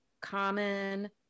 common